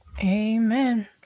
Amen